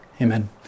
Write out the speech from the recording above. Amen